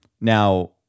now